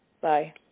Bye